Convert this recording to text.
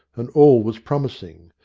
and all was promis ing.